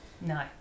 no